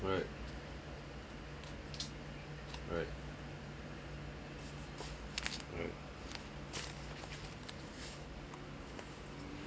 right right right